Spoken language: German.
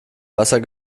gewässer